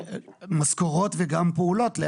משכורות וגם פעולות.